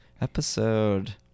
Episode